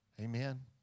Amen